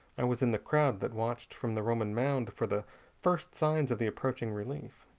i was in the crowd that watched from the roman mound for the first signs of the approaching relief.